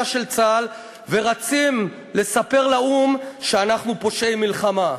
של צה"ל ורצים לספר לאו"ם שאנחנו פושעי מלחמה.